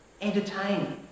entertain